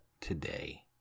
today